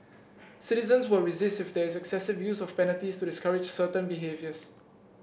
citizens will resist if there is excessive use of penalties to discourage certain behaviours